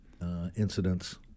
incidents